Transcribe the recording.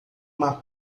uma